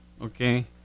Okay